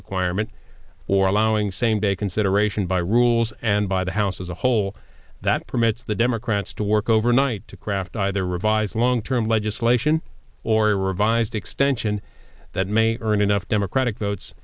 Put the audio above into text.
requirement or allowing same day consideration by rules and by the house as a whole that permits the democrats to work overnight to craft either revise long term legislation or a revised extension that may earn enough democratic votes